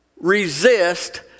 resist